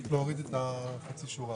למה לא משרד התיירות צריך לטפל בזה?